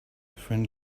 friend